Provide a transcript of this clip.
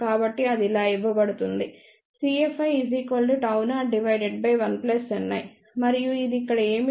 కాబట్టి అది ఇలా ఇవ్వబడింది CFi01Ni మరియు ఇది ఇక్కడ ఏమిటి